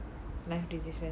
life decision